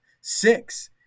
six